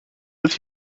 does